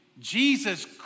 Jesus